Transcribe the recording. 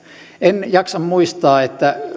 en jaksa muistaa